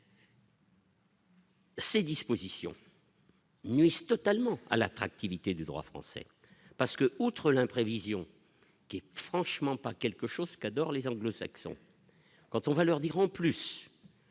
Ces dispositions. Nuit totalement à l'attractivité du droit français parce que, outre l'imprévision qui franchement pas quelque chose qu'adorent les anglo-Saxons, quand on va leur dire en plus